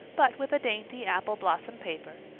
but with a dainty apple-blossom paper,